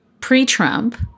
pre-Trump